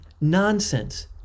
nonsense